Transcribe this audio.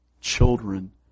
children